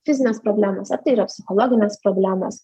fizinės problemos ar tai yra psichologinės problemos